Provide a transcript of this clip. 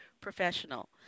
professional